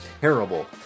terrible